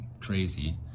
crazy